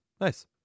Nice